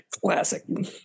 classic